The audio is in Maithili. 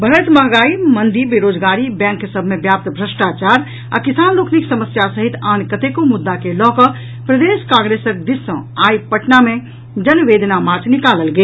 बढ़ैत महगाई मंदी बेरोजगारी बैंक सभ मे व्याप्त भ्रष्टाचार आ किसान लोकनिक समस्या सहित आन कतेको मुद्दा के लऽकऽ प्रदेश कांग्रेसक दिस सॅ आई पटना मे जनवेदना मार्च निकालल गेल